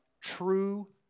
true